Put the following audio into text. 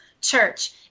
church